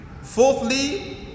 Fourthly